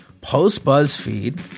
post-Buzzfeed